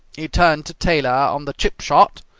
he turned to taylor on the chip shot,